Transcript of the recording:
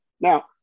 Now